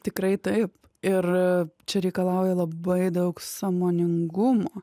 tikrai taip ir čia reikalauja labai daug sąmoningumo